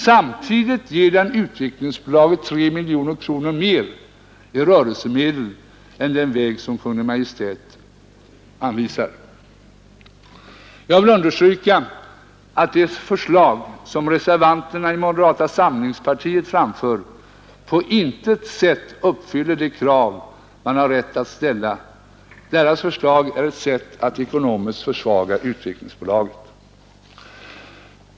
Samtidigt ger den Utvecklingsbolaget 3 miljoner kronor mer i rörelsemedel än den väg som Kungl. Maj:t anvisar. Jag vill understryka att det förslag, som reservanterna i moderata samlingspartiet framför, på intet sätt uppfyller det krav man har rätt att ställa. Deras förslag är ett sätt att ekonomiskt försvaga Utvecklingsbolaget.